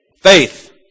faith